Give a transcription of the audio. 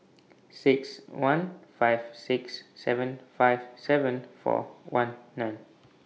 six one five six seven five seven four one nine